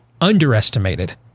underestimated